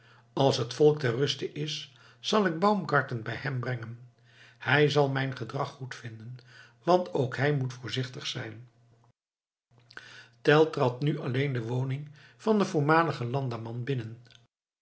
als het volk ter ruste is zal ik baumgarten bij hem brengen hij zal mijn gedrag goed vinden want ook hij moet voorzichtig zijn tell trad nu alleen de woning van den voormaligen landamman binnen